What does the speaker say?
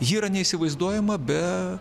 ji yra neįsivaizduojama be